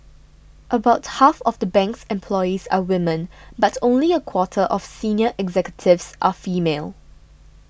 about half of the bank's employees are women but only a quarter of senior executives are female